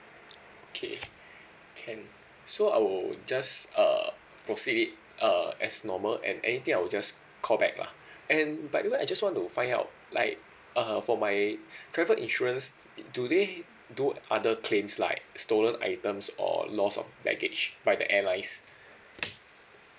okay can so I will just uh proceed it uh as normal and anything I will just call back lah and by the way I just want to find out like uh for my travel insurance do they do other claim like stolen items or loss of baggage by the airlines